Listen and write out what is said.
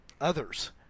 others